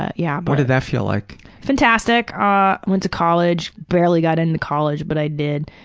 ah yeah what did that feel like? fantastic. ah went to college, barely got into college, but i did.